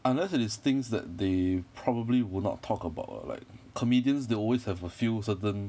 unless it is things that they probably would not talk about uh like comedians they always have a few certain